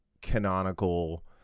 canonical